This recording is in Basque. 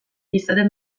izaten